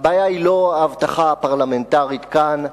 והבעיה היא לא ההבטחה הפרלמנטרית כאן,